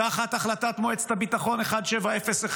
תחת החלטת מועצת הביטחון 1701,